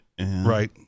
right